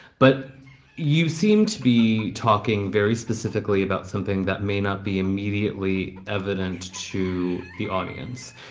but you seem to be talking very specifically about something that may not be immediately evident to the audience,